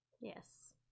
yes